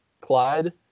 Clyde